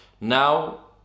Now